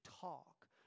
talk